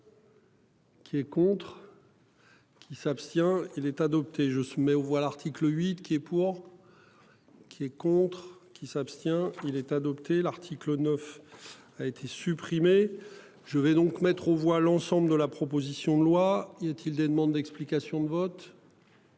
Qui est contre. Qui s'abstient il est adopté, je mets aux voix l'article 8 qui est pour. Qui est contre qui s'abstient il est adopté l'article 9 a été supprimé. Je vais donc mettre aux voix l'ensemble de la proposition de loi, y a-t-il des demandes d'explications de vote.